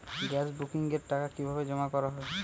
Gas বুকিংয়ের টাকা কিভাবে জমা করা হয়?